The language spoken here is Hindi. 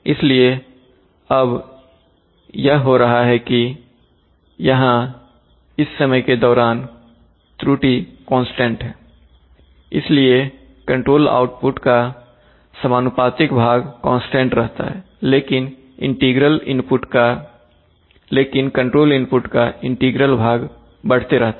इसलिए अब यह हो रहा है कि यहां इस समय के दौरान त्रुटि कांस्टेंट है इसलिए कंट्रोल आउटपुट का समानुपातिक भाग कांस्टेंट रहता है लेकिन कंट्रोल इनपुट का इंटीग्रल भाग बढ़ते रहता है